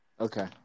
Okay